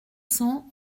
cents